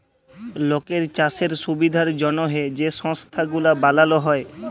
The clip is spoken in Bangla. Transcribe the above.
লকের চাষের সুবিধার জ্যনহে যে সংস্থা গুলা বালাল হ্যয়